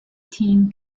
team